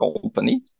company